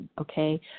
okay